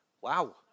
Wow